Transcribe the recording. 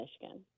Michigan